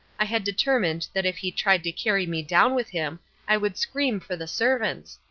i had determined that if he tried to carry me down with him i would scream for the servants,